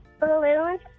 Balloons